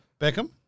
Beckham